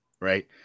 right